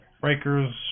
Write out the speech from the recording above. Breakers